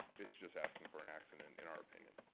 it's just asking for an accident, in our opinion.